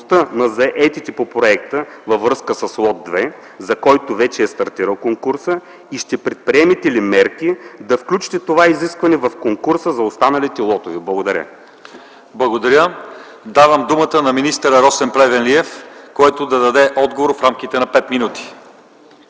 на заетите по проекта във връзка с лот 2, за който вече е стартирал конкурсът, и ще предприемете ли мерки да включите това изискване в конкурса за останалите лотове? Благодаря. ПРЕДСЕДАТЕЛ ЛЪЧЕЗАР ИВАНОВ: Благодаря. Давам думата на министър Росен Плевнелиев, който да даде отговор в рамките на пет минути.